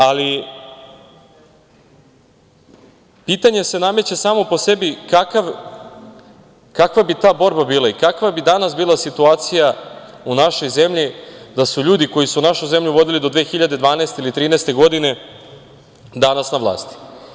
Ali, pitanje se nameće samo po sebi - kakva bi ta borba bila i kakva bi danas bila situacija u našoj zemlji da su ljudi koji su našu zemlju vodili do 2012. ili 2013. godine danas na vlasti?